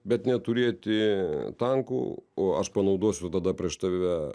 bet neturėti tankų o aš panaudosiu tada prieš tave